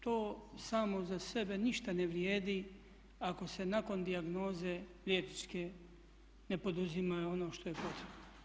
To samo za sebe ništa ne vrijedi ako se nakon dijagnoze liječničke ne poduzima ono što je potrebno.